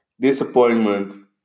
Disappointment